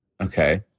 Okay